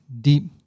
deep